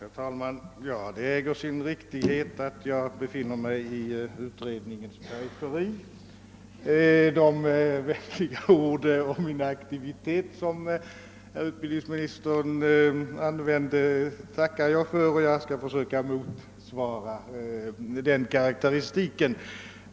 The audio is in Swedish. Herr talman! Det äger sin riktighet att jag befinner mig i utredningens periferi. De vänliga ord om min aktivitet som herr utbildningsministern använde tackar jag för, och jag skall försöka motsvara karakteristiken.